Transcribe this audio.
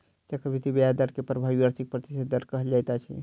चक्रवृद्धि ब्याज दर के प्रभावी वार्षिक प्रतिशत दर कहल जाइत अछि